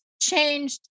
changed